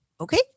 Okay